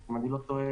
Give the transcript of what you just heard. אם איני טועה,